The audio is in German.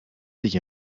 sich